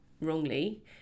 wrongly